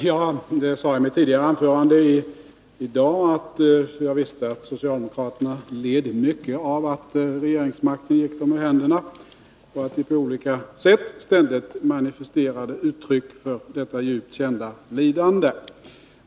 Fru talman! Jag sade i mitt tidigare anförande i dag att jag visste att socialdemokraterna led mycket av att regeringsmakten gick dem ur händerna och att de på olika sätt ständigt manifesterade uttryck för detta djupt kända lidande.